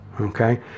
okay